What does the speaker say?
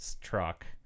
truck